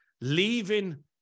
leaving